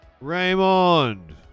Raymond